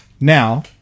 Now